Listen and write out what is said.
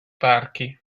parchi